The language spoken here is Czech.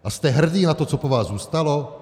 A jste hrdý na to, co po vás zůstalo?